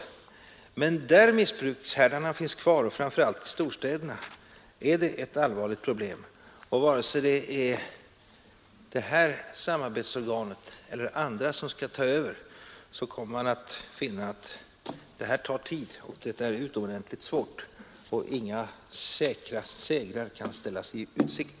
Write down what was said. Men där missbruket finns kvar och framför allt i storstäderna är det ett allvarligt problem, och vare sig det är det här samarbetsorganet eller andra som skall ta över, så kommer man att finna att det här tar tid och att det är utomordentligt svårt, varför inga säkra segrar kan ställas i utsikt.